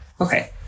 Okay